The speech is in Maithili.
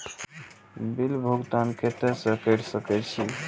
बिल भुगतान केते से कर सके छी?